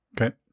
okay